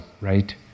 right